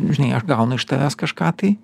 žinai aš gaunu iš tavęs kažką tai